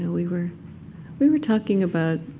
we were we were talking about